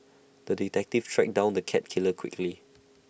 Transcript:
the detective tracked down the cat killer quickly